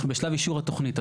אנחנו בשלב אישור התוכנית,